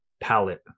palette